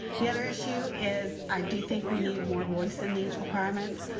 the other issue is i do think we needed more voice in these requirements